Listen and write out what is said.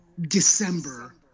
December